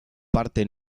parte